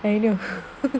and you know